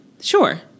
Sure